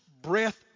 breath